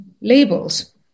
labels